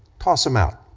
toss them out.